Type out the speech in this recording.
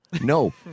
No